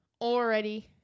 already